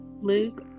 Luke